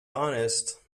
honest